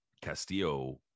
Castillo